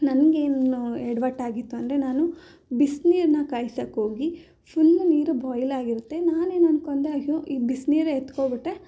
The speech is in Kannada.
ನನಗೇನು ಎಡ್ವಟ್ಟು ಆಗಿತ್ತು ಅಂದರೆ ನಾನು ಬಿಸ್ನೀರನ್ನ ಕಾಯ್ಸೋಕ್ಕೋಗಿ ಫುಲ್ ನೀರು ಬಾಯ್ಲಾಗಿರುತ್ತೆ ನಾನೇನು ಅಂದ್ಕೊಂಡೆ ಅಯ್ಯೋ ಈ ಬಿಸಿನೀರೆ ಎತ್ಕೊಂಡ್ಬಿಟ್ಟೆ